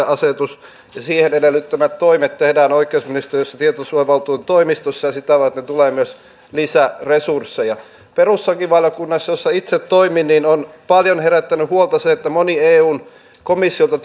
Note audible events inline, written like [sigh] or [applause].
[unintelligible] asetus ja sen edellyttämät toimet tehdään oikeusministeriössä ja tietosuojavaltuutetun toimistossa ja sitä varten tulee myös lisäresursseja perustuslakivaliokunnassa jossa itse toimin on paljon herättänyt huolta se että monessa eun komissiolta [unintelligible]